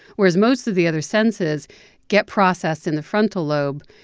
whereas most of the other senses get processed in the frontal lobe.